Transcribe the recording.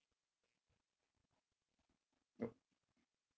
yup